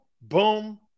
boom